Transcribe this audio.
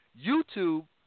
YouTube